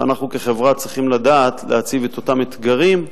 ואנחנו כחברה צריכים לדעת להציב את אותם אתגרים,